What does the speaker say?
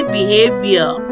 behavior